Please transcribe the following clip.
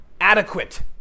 adequate